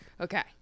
Okay